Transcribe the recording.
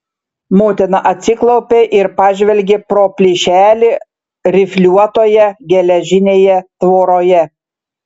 motina atsiklaupė ir pažvelgė pro plyšelį rifliuotoje geležinėje tvoroje